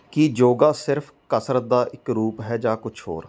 ਕੀ ਯੋਗਾ ਸਿਰਫ ਕਸਰਤ ਦਾ ਇੱਕ ਰੂਪ ਹੈ ਜਾਂ ਕੁਝ ਹੋਰ